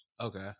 Okay